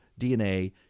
DNA